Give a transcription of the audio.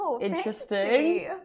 Interesting